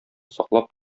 саклап